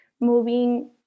moving